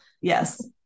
Yes